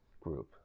group